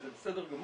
זה בסדר גמור,